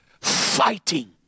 fighting